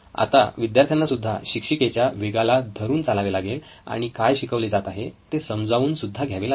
आता विद्यार्थ्यांना सुद्धा शिक्षिकेच्या वेगाला धरून चालावे लागेल आणि काय शिकवले जात आहे ते समजावून सुद्धा घ्यावे लागेल